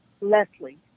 Leslie